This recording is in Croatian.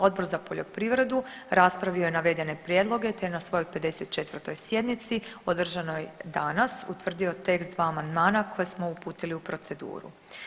Odbor za poljoprivrednu raspravio je navedene prijedloge te je na svojoj 54. sjednici održanoj danas utvrdio tekst 2 amandmana koje smo uputili u proceduru.